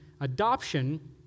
adoption